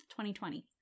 2020